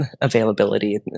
availability